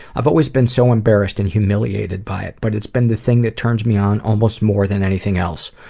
i've always been so embarrassed and humiliated by it but it's been the thing that turns me on almost more than anything else.